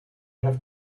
have